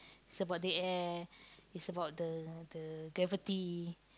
it's about the air it's about the the gravity